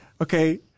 okay